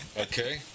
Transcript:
Okay